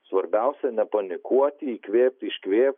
svarbiausia nepanikuoti įkvėpt iškvėpt